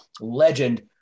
legend